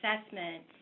assessment